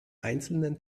einzelnen